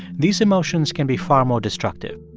these emotions can be far more destructive.